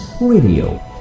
Radio